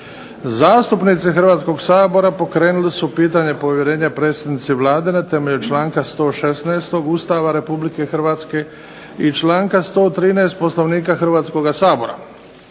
Zastupnici Hrvatskog sabora pokrenuli su pitanje povjerenja predsjednici Vlade na temelju članka 116. Ustava Republike Hrvatske i članka 113. Poslovnika Hrvatskoga sabora.